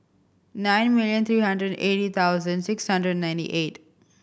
nine million three hundred and eighty thousand six hundred and ninety eight